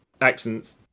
accents